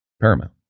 paramount